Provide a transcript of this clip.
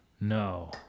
No